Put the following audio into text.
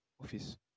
office